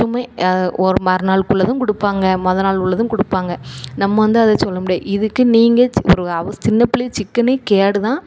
எதுவுமே ஒரு மறுநாளுக்கு உள்ளதும் கொடுப்பாங்க மொதல் நாள் உள்ளதும் கொடுப்பாங்க நம்ம வந்து அதை சொல்ல முடியாது இதுக்கு நீங்கள் ச் ஒரு அவ சின்னப்பிள்ளைக்கு சிக்கென்னே கேடு தான்